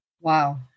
Wow